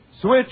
Switch